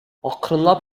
акрынлап